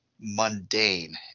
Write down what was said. mundane